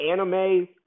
anime